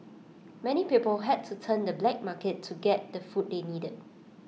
many people had to turn to the black market to get the food they needed